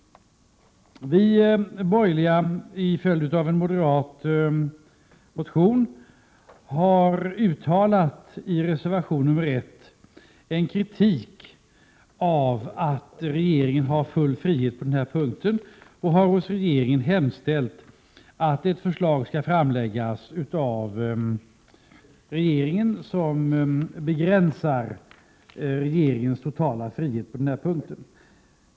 Vi borgerliga har med anledning av en motion i reservation 1 uttalat en kritik av att regeringen har full frihet på denna punkt och har hos regeringen hemställt att ett förslag skall framläggas som begränsar regeringens totala frihet på denna punkt.